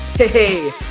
Hey